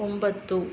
ಒಂಬತ್ತು